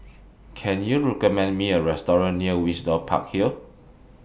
Can YOU recommend Me A Restaurant near Windsor Park Hill